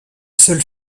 seul